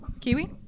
Kiwi